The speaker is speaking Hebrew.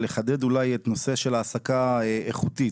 לחדד את הנושא של העסקה איכותית.